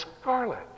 scarlet